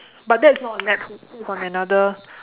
but that's not on netflix that's on another